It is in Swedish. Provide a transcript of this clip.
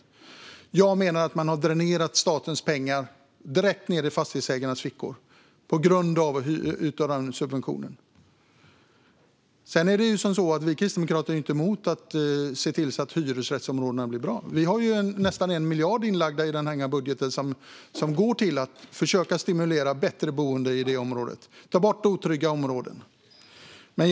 Jag menar att den subventionen har dränerat staten på pengar, som gått rakt ned i fastighetsägarnas fickor. Sedan är det så att vi kristdemokrater inte är emot att se till att hyresrättsområdena blir bra; vi har i vårt budgetförslag nästan 1 miljard som ska gå till att försöka stimulera bättre boenden i de områdena och ta bort otrygga områden.